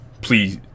Please